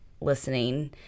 listening